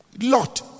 lot